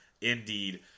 indeed